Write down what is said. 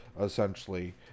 essentially